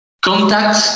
Contact